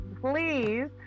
please